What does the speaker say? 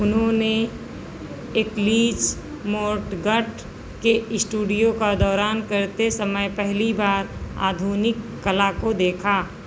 उन्होंने एकिलीज़ मोर्टगट के इस्टूडियो का दौरान करते समय पहली बार आधुनिक कला को देखा